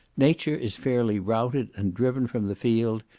nature is fairly routed and driven from the field,